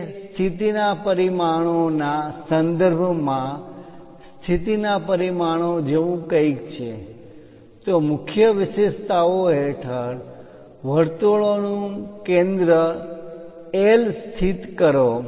તે સ્થિતિ ના પરિમાણો ના સંદર્ભમાં સ્થિતિના પરિમાણો જેવું કંઇક છે તો મુખ્ય વિશેષતાઓ હેઠળ વર્તુળો નું કેન્દ્ર L સ્થિત કરો